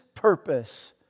purpose